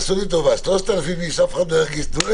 תעשו לי טובה, 3,000 אנשים, איש לא ירגיש.